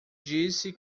disse